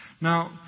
Now